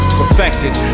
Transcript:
perfected